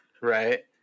right